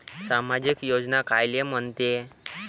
सामाजिक योजना कायले म्हंते?